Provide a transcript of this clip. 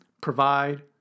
provide